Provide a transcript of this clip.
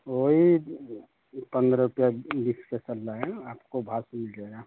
वही पंद्रह रूपया बीस रुपया चल रहा है ना आपको भाव से मिल जाएगा